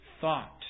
thought